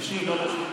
להשיב, לא להשיב?